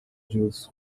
juice